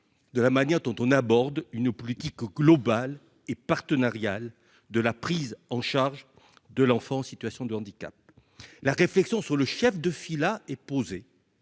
de la manière dont on aborde une politique globale et partenariale de la prise en charge de l'enfant en situation de handicap, la réflexion sur le chef de file à épouser